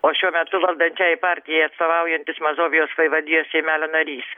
o šiuo metu valdančiajai partijai atstovaujantis mazovijos vaivadijos seimelio narys